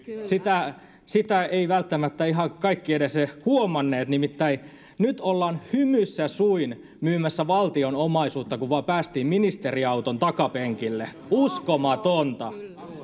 sitä sitä eivät välttämättä ihan kaikki edes huomanneet nimittäin nyt ollaan hymyssä suin myymässä valtion omaisuutta kun vain päästiin ministeriauton takapenkille uskomatonta